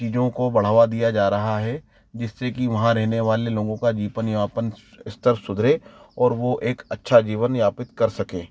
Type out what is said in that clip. चीज़ों को बढ़ावा दिया जा रहा है जिससे कि वहाँ रहने वाले लोगों का जीपन यापन स्तर सुधरे और वो एक अच्छा जीवन यापित कर सकें